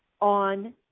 on